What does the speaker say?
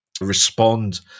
respond